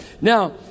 Now